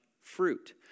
fruit